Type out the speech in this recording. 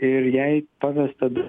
ir jai pavesta d